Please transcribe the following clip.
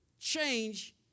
change